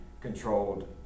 controlled